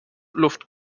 luft